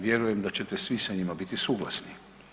Vjerujem da ćete svi sa njima biti suglasni.